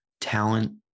talent